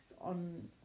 on